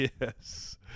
Yes